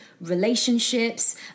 relationships